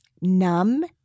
numb